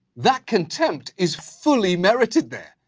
that contempt, is fully merited there.